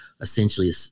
essentially